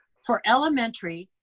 for elementary,